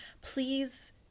Please